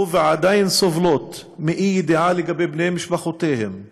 ועדיין סובלות מאי-ידיעה לגבי בני משפחותיהם.